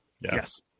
Yes